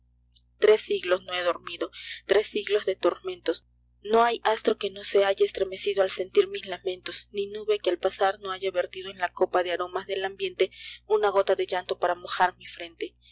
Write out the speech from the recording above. igl s no he dormido tres siglos de tormentos no hay astro que no se haya estremecido al sentir mis lamentos ni nube que al pasar no haya vertido en la copa de aromas del ambiente una gota de llanto para mojar mi frente